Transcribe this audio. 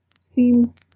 seems